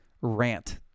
rant